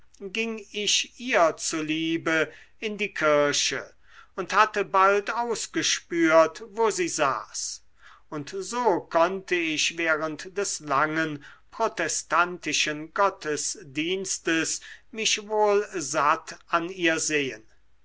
ging ich ihr zu liebe in die kirche und hatte bald ausgespürt wo sie saß und so konnte ich während des langen protestantischen gottesdienstes mich wohl satt an ihr sehen